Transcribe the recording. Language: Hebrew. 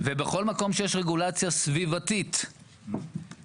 ובכל מקום שיש בו רגולציה סביבתית מפותחת,